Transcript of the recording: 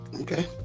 Okay